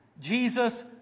Jesus